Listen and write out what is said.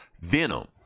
Venom